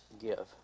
give